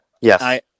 Yes